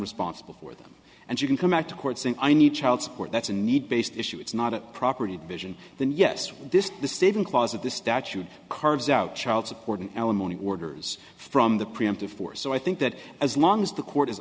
responsible for them and you can come back to court saying i need child support that's a need based issue it's not a property division then yes this is the saving clause of the statute carves out child support and alimony orders from the preemptive force so i think that as long as the court is